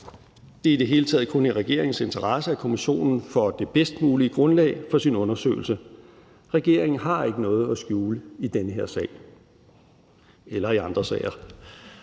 Det er i det hele taget kun i regeringens interesse, at kommissionen får det bedst mulige grundlag for sin undersøgelse. Regeringen har ikke noget at skjule i den her sag – og heller ikke i andre sager.